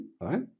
right